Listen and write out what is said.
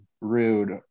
rude